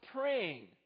praying